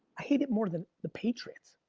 i hate it more than the patriots.